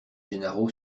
gennaro